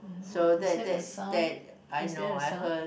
is that the sum is there a sum